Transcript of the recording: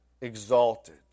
exalted